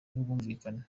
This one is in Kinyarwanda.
n’ubwumvikane